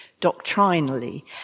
doctrinally